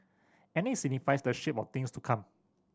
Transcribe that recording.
and it signifies the shape of things to come